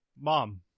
mom